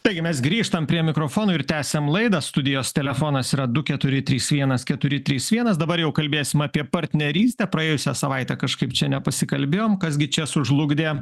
taigi mes grįžtam prie mikrofono ir tęsiam laidą studijos telefonas yra du keturi trys vienas keturi trys vienas dabar jau kalbėsim apie partnerystę praėjusią savaitę kažkaip čia nepasikalbėjom kas gi čia sužlugdė